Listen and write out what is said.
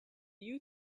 you